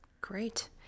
Great